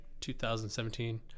2017